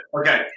Okay